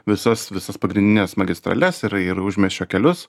visas visas pagrindines magistrales ir ir užmiesčio kelius